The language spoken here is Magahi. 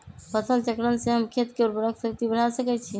फसल चक्रण से हम खेत के उर्वरक शक्ति बढ़ा सकैछि?